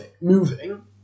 moving